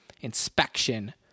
Inspection